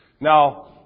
Now